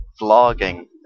vlogging